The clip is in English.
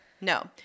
No